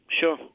Sure